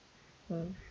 mm